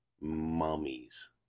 mummies